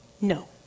No